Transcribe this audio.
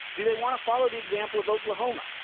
do they want to follow the example of oklahoma,